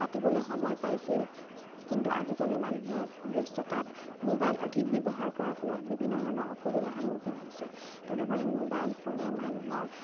পাতিবলৈ সময় পাইছিল কিন্তু আজিকালি মানুহে ব্যস্ততাত মোবাইল অধিক ব্যৱহাৰ কৰাৰ ফলত বিভিন্ন ধৰণৰ অসুবিধাৰ সন্মুখীন হৈছে তদুপৰি মোবাইল ফোনে মানুহৰ